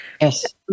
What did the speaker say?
Yes